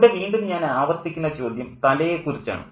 ഇവിടെ വീണ്ടും ഞാൻ ആവർത്തിക്കുന്ന ചോദ്യം തലയെക്കുറിച്ചാണ്